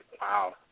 Wow